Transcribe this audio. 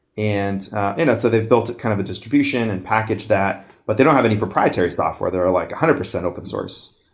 and and so they've built kind of a distribution and packaged that but they don't have any proprietary software. they're like one hundred percent open source,